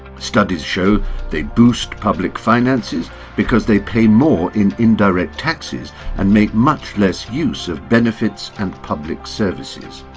studies show they boost public finances because they pay more in indirect taxes and make much less use of benefits and public services.